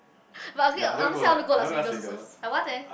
but okay honestly I wanna go Las Vegas also I want eh